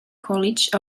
college